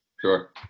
Sure